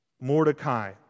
Mordecai